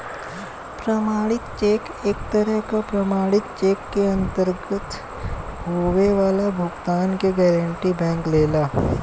प्रमाणित चेक एक तरह क प्रमाणित चेक के अंतर्गत होये वाला भुगतान क गारंटी बैंक लेला